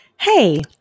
Hey